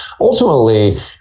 ultimately